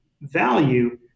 value